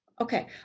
Okay